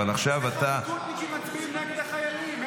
איך יש לכם מצפון להצביע נגד החיילים?